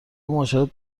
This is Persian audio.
معاشرت